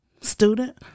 student